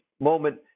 moment